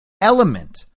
element